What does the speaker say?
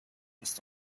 ist